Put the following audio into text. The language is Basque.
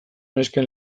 nesken